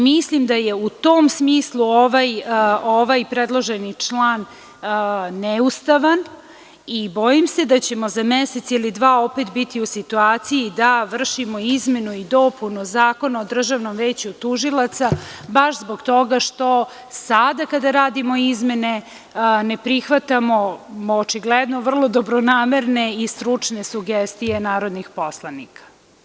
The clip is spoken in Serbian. Mislim da je u tom smislu ovaj predložen član neustavan i bojim se da ćemo za mesec ili dva opet biti u situaciji da vršimo izmenu i dopunu Zakona o Državnom veću tužilaca, baš zbog toga što sada kada radimo izmene ne prihvatamo, očigledno vrlo dobronamerne i stručne sugestije narodnih poslanika.